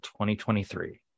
2023